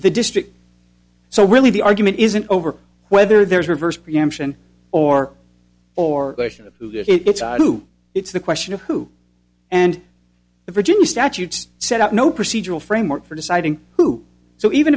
the district so really the argument isn't over whether there's reverse preemption or or question it's i do it's the question of who and the virginia statutes set up no procedural framework for deciding who so even